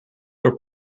door